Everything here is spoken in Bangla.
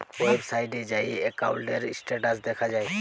ওয়েবসাইটে যাঁয়ে একাউল্টের ইস্ট্যাটাস দ্যাখা যায়